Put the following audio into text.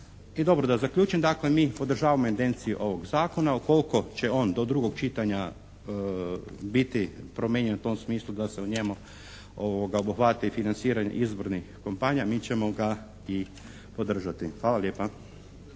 I dobro da zaključim dakle. Mi podržavamo intenciju ovog zakona. Ukoliko će on do drugog čitanja biti promijenjen u tom smislu da se u njemu obuhvati financiranje izbornih kampanja mi ćemo ga i podržati. Hvala lijepa.